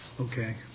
Okay